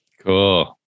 Cool